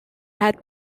had